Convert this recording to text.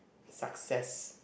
success